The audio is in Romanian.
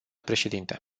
președinte